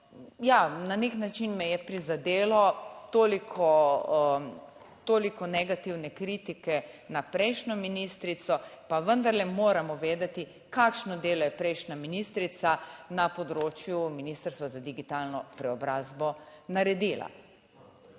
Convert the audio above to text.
na nek način me je prizadelo toliko negativne kritike na prejšnjo ministrico, pa vendarle moramo vedeti kakšno delo je prejšnja ministrica na področju Ministrstva za digitalno preobrazbo naredila.